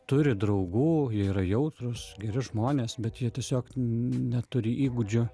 turi draugų yra jautrūs geri žmonės bet jie tiesiog neturi įgūdžių